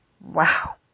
wow